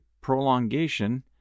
prolongation